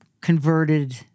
converted